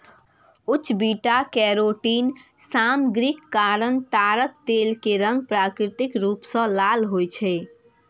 उच्च beta carotene सामग्रीक कारण ताड़क तेल के रंग प्राकृतिक रूप सं लाल होइ छै